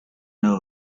know